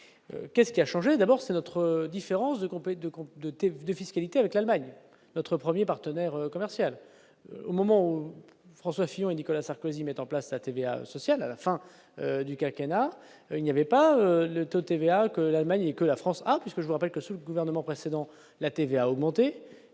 qu'est-ce qui a changé, d'abord, c'est notre différence de groupes et de comptes de TVA de fiscalité avec l'Allemagne est notre 1er partenaire commercial au moment où François Fillon et Nicolas Sarkozy met en place la TVA sociale à la fin du quinquennat il n'y avait pas le taux de TVA que l'Allemagne et que la France, puisque je vous rappelle que sous le gouvernement précédent la TVA augmentée